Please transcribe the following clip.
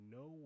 no